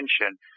attention